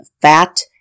fat